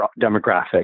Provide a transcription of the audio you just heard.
demographic